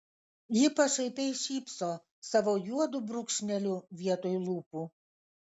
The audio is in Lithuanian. ji pašaipiai šypso savo juodu brūkšneliu vietoj lūpų